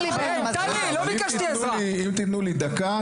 אם תתנו לי דקה,